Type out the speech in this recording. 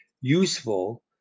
useful